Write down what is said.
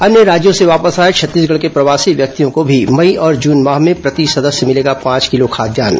अन्य राज्यों से वापस आए छत्तीसगढ़ के प्रवासी व्यक्तियों को भी मई और जून माह में प्रति सदस्य मिलेगा पांच किलो खाद्यान्न